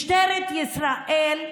משטרת ישראל,